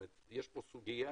יש פה סוגיה